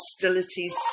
hostilities